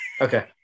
Okay